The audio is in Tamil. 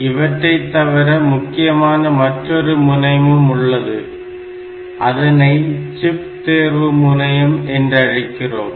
இவற்றைத்தவிர முக்கியமான மற்றொரு முனையமும் உள்ளது அதனை சிப் தேர்வு முனையம் என்றழைக்கிறோம்